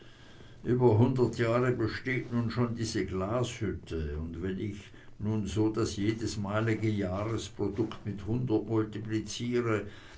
über hundert jahre besteht nun schon diese glashütte und wenn ich nun so das jedesmalige jahresprodukt mit hundert multipliziere